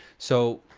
so,